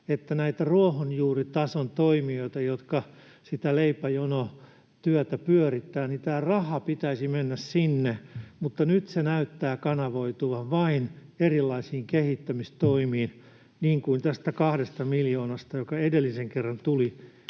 mennä näille ruohonjuuritason toimijoille, jotka sitä leipäjonotyötä pyörittävät, niin nyt se näyttää kanavoituvan vain erilaisiin kehittämistoimiin, niin kuin tästä 2 miljoonasta, joka edellisen kerran tuli,